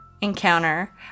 encounter